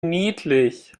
niedlich